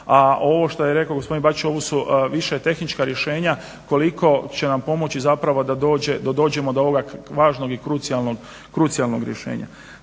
A ovo što je rekao gospodin Bačić ovo su više tehnička rješenja koliko će nam pomoći da dođemo do ovog važnog i krucijalnog rješenja.